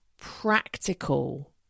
practical